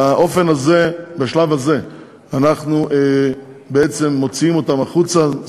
באופן הזה בשלב הזה אנחנו בעצם מוציאים אותם החוצה,